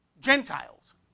Gentiles